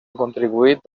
contribuït